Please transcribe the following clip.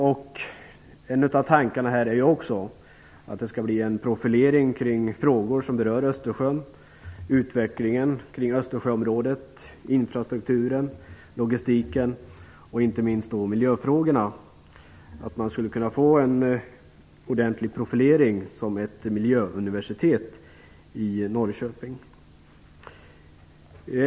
En av tankarna är att det skall bli en profilering kring frågor som rör Östersjön - utvecklingen i Östersjöområdet, infrastrukturen, logistiken och inte minst miljöfrågorna - dvs. en profilering i form av ett miljöuniversitet i Norrköping. Herr talman!